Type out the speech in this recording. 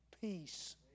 peace